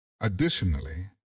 Additionally